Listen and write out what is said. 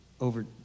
over